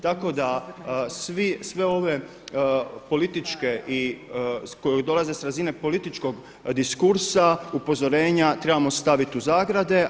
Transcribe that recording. Tako da sve ove političke i, koje dolaze sa razine političkog diskursa upozorenja trebamo staviti u zagrade.